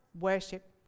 worship